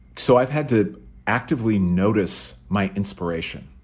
so i've had to actively notice my inspiration.